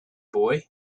boy